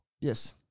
yes